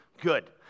good